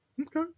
Okay